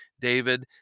David